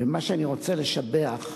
ומה שאני רוצה לשבח,